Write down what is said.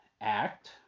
Act